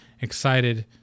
excited